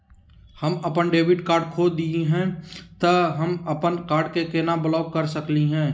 हम अपन debit card खो दे ही, त हम अप्पन कार्ड के केना ब्लॉक कर सकली हे?